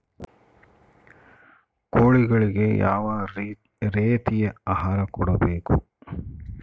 ಕೋಳಿಗಳಿಗೆ ಯಾವ ರೇತಿಯ ಆಹಾರ ಕೊಡಬೇಕು?